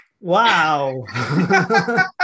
Wow